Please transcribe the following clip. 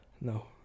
No